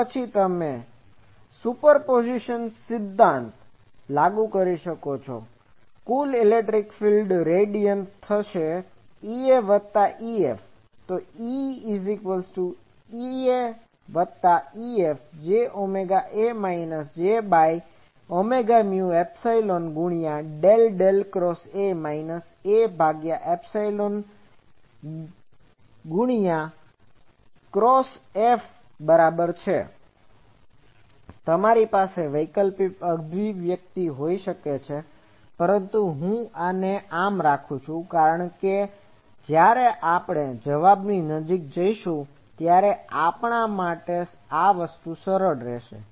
તો પછી તમે સુપરપોઝિશન સિદ્ધાંત લાગુ કરી શકો કુલ ઇલેક્ટ્રિક ફીલ્ડ રેડિયેટ થશે EA વત્તા EF તો EEAEF jωA jωμϵ∙A 1×F E એ minus J omega A minus J by omega mu epsilon ગુણ્યા del del cross A minus 1 ભાગ્ય એપ્સીલોન ગુણ્યાડેલ ક્રોસ F બરાબર છે તમારી પાસે વૈકલ્પિક અભિવ્યક્તિ હોઈ શકે છે પરંતુ હું આને આમ રાખું છું કારણ કે જ્યારે આપણે જવાબની નજીક જઈશું ત્યારે આ આપણા માટે સરળ રહેશે